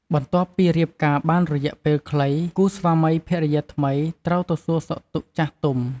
បន្ទាប់ពីរៀបការបានរយៈពេលខ្លី គូស្វាមីភរិយាថ្មីត្រូវទៅសួរសុខទុក្ខចាស់ទុំ។